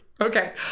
Okay